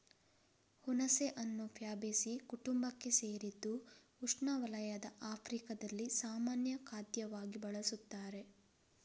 ಹುಣಸೆಹಣ್ಣು ಫ್ಯಾಬೇಸೀ ಕುಟುಂಬಕ್ಕೆ ಸೇರಿದ್ದು ಉಷ್ಣವಲಯದ ಆಫ್ರಿಕಾದಲ್ಲಿ ಸಾಮಾನ್ಯ ಖಾದ್ಯವಾಗಿ ಬಳಸುತ್ತಾರೆ